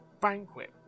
banquet